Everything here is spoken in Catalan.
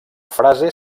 frase